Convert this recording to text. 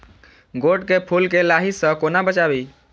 गोट केँ फुल केँ लाही सऽ कोना बचाबी?